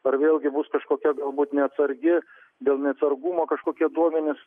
ar vėlgi bus kažkokia galbūt neatsargi dėl neatsargumo kažkokie duomenys